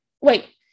wait